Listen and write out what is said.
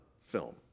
film